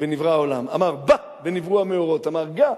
ונברא העולם, אמר "ב", ונבראו המאורות, אמר "ג",